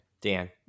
Dan